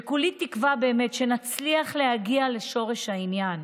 כולי תקווה, באמת, שנצליח להגיע לשורש העניין.